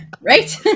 Right